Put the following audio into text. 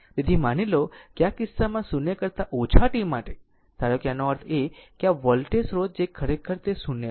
તેથી માની લો કે આ કિસ્સામાં 0 કરતા ઓછા t માટે ધારો કે તેનો અર્થ એ છે કે આ વોલ્ટેજ સ્રોત જે ખરેખર તે 0 છે